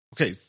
Okay